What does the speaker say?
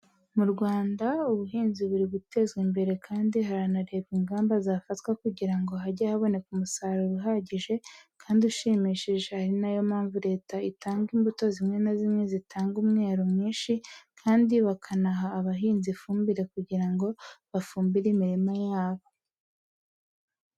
Mu Rwanda ubuhinzi buri gutezwa imbere kandi hanarebwa ingamba zafatwa kugira ngo hajye haboneka umusaruro uhagije, kandi ushimishije ari na yo mpamvu leta itanga imbuto zimwe na zimwe zitanga umwero mwinshi kandi bakanaha abahinzi ifumbire kugira ngo bafumbire imirima yabo.